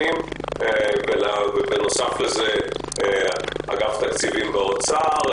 ובנוסף לכך אגף התקציבים באוצר,